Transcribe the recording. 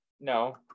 no